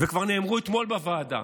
וכבר נאמרו אתמול בוועדה,